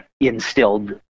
instilled